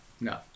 No